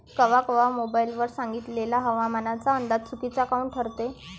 कवा कवा मोबाईल वर सांगितलेला हवामानाचा अंदाज चुकीचा काऊन ठरते?